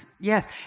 Yes